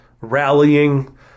rallying